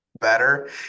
better